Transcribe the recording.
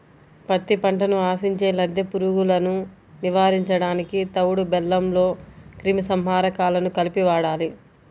పత్తి పంటను ఆశించే లద్దె పురుగులను నివారించడానికి తవుడు బెల్లంలో క్రిమి సంహారకాలను కలిపి వాడాలి